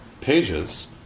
pages